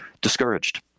discouraged